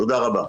תודה רבה.